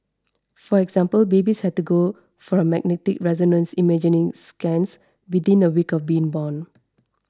for example babies had to go for a magnetic resonance imaging scans within a week of being born